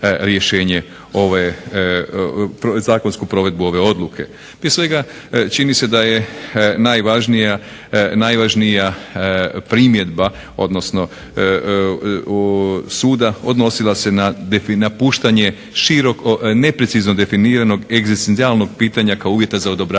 rješenje ove, zakonsku provedbu ove odluke. Prije svega čini se da je najvažnija primjedba, odnosno suda odnosila se na puštanje široko, neprecizno definiranog egzistencijalnog pitanja kao uvjeta za odobravanje